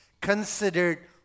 considered